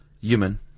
Human